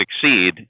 succeed